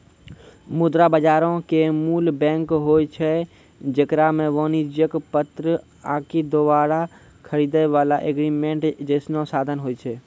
मुद्रा बजारो के मूल बैंक होय छै जेकरा मे वाणिज्यक पत्र आकि दोबारा खरीदै बाला एग्रीमेंट जैसनो साधन होय छै